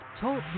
Talk